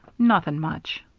nothing much.